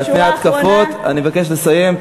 אחרי ההתקפות אני מבקש לסיים.